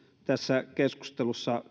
tässä keskustelussa